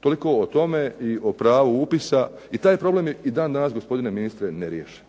Toliko o tome i o pravu upisa, i taj problem je dan danas gospodine ministre ne riješen.